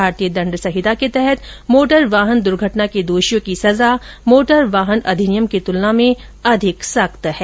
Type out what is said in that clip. भारतीय दंड संहिता के तहत मोटर वाहन दुर्घटना के दोषियों की सजा मोटर वाहन अधिनियम की तुलना में अधिक सख्त है